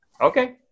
Okay